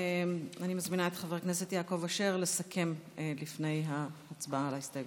אני מזמינה את חבר הכנסת יעקב אשר לסכם לפני ההצבעה על ההסתייגויות.